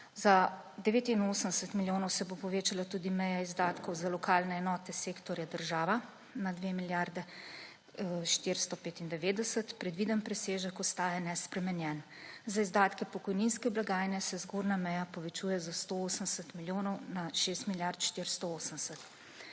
Za 89 milijonov se bo povečala tudi meja izdatkov za lokalne enote sektorja država, na 2 milijardi 495, predviden presežek ostaja nespremenjen. Za izdatke pokojninske blagajne se zgornja meja povečuje za 180 milijonov, na 6 milijard 480.